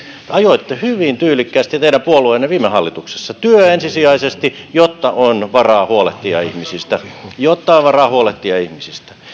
ajoitte hyvin tyylikkäästi viime hallituksessa työ ensisijaisesti jotta on varaa huolehtia ihmisistä jotta on varaa huolehtia ihmisistä